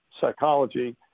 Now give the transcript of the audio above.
psychology –